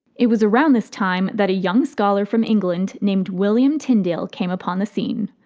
it was around this time that a young scholar from england named william tyndale came upon the scene.